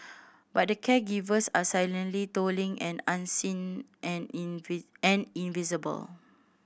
but the caregivers are silently toiling and unseen and in an invisible